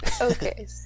okay